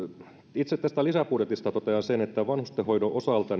itse tästä lisäbudjetista totean sen että vanhustenhoidon osalta